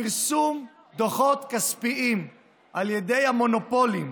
פרסום דוחות כספיים על ידי המונופולים